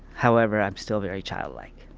however, i'm still very child-like